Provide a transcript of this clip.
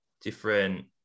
different